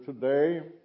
today